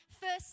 first